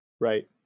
Right